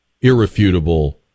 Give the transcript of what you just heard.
irrefutable